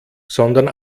sondern